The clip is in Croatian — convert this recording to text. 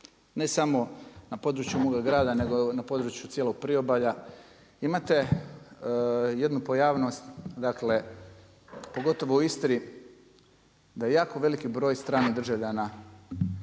ne samo na području moga grada, nego na području cijelog priobalja, imate jednu pojavnost, dakle pogotovo u Istri da je jako veliki broj stranih državljana